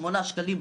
שמונה שקלים,